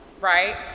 right